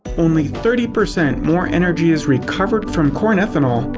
only thirty percent more energy is recovered from corn ethanol,